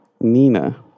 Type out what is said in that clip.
Nina